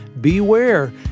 beware